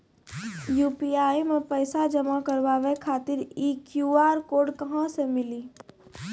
UPI मे पैसा जमा कारवावे खातिर ई क्यू.आर कोड कहां से मिली?